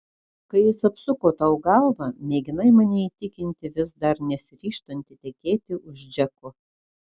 kai jis apsuko tau galvą mėginai mane įtikinti vis dar nesiryžtanti tekėti už džeko